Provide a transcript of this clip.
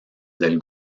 del